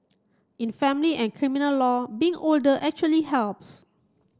in family and criminal law being older actually helps